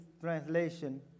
Translation